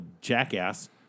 jackass